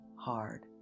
hard